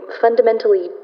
fundamentally